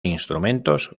instrumentos